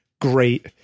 great